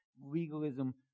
legalism